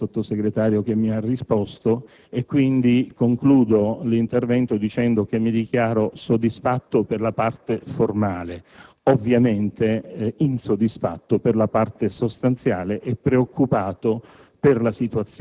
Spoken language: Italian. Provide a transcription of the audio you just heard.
dell'onorevole sottosegretario Naccarato, quindi concludo l'intervento dicendo che mi dichiaro soddisfatto per la parte formale e ovviamente insoddisfatto per la parte sostanziale, nonché preoccupato